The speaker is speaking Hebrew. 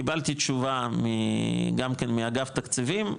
קיבלתי תשובה גם כן מאגף התקציבים,